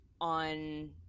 on